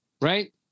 right